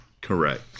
correct